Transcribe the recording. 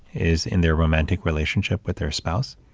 is in their romantic relationship with their spouse,